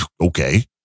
Okay